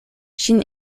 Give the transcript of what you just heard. ŝin